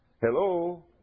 Hello